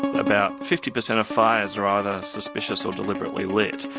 about fifty per cent of fires are either suspicious or deliberately lit.